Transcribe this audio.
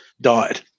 died